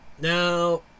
Now